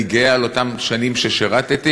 אני גאה על אותן שנים ששירתתי,